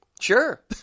Sure